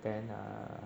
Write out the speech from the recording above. then err